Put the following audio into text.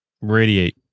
Radiate